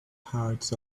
hearts